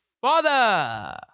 father